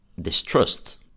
distrust